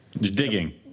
digging